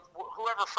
whoever